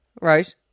right